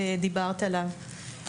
ודיברת עליו.